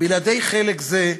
בלעדי חלק זה,